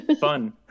fun